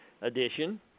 edition